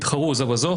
התחרו זו בזו,